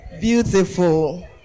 Beautiful